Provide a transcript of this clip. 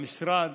המשרד